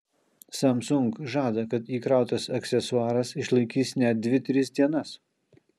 samsung žada kad įkrautas aksesuaras išlaikys net dvi tris dienas